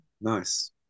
Nice